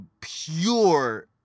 pure